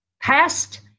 past